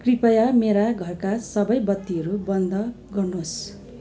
कृपया मेरा घरका सबै बत्तीहरू बन्द गर्नुहोस्